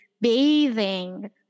bathing